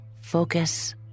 focus